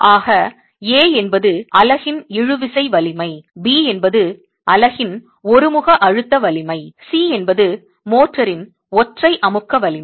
ஆக A என்பது அலகின் இழுவிசை வலிமை B என்பது அலகின் ஒருமுக அழுத்த வலிமை C என்பது மோர்டாரின் ஒற்றை அமுக்க வலிமை